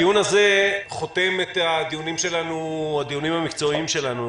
הדיון הזה חותם את הדיונים המקצועיים שלנו,